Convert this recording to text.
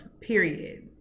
period